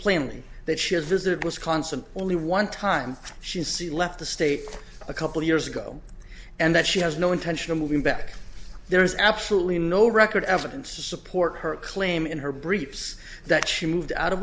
plainly that she has visited wisconsin only one time she's seen left the state a couple years ago and that she has no intention of moving back there is absolutely no record evidence to support her claim in her briefs that she moved out of